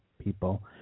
people